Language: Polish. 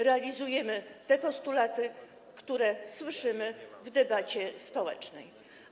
Realizujemy te postulaty, które słyszymy w debacie społecznej.